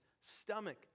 stomach